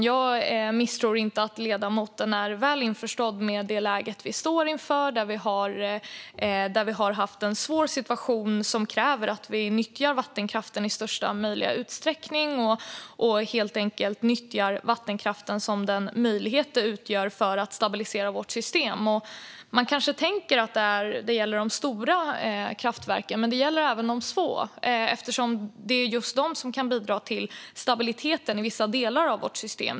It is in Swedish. Jag betvivlar inte att ledamoten är väl införstådd med det läge vi står inför. Vi har en svår situation som kräver att vi nyttjar vattenkraften i största möjliga utsträckning och helt enkelt nyttjar vattenkraften som den möjlighet den utgör för att stabilisera vårt system. Man kanske tror att detta mest gäller de stora kraftverken, men det gäller även de små - det är ju just de som kan bidra till stabiliteten i vissa delar av vårt system.